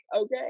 okay